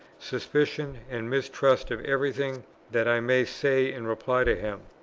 suspicion and mistrust of everything that i may say in reply to him.